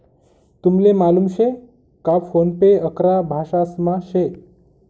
तुमले मालूम शे का फोन पे अकरा भाषांसमा शे